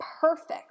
perfect